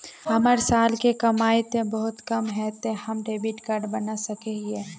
हमर साल के कमाई ते बहुत कम है ते हम डेबिट कार्ड बना सके हिये?